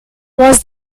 was